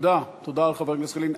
תודה לחבר הכנסת ילין.